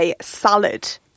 salad